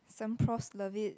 some Profs love it